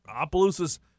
Opelousas